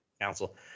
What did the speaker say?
council